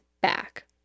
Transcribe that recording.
back